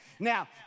Now